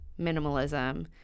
minimalism